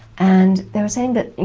and they were saying that, you